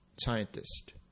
scientist